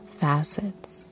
facets